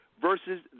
versus